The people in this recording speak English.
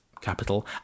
capital